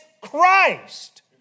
Christ